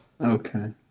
Okay